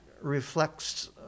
reflects